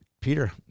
Peter